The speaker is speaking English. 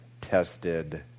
tested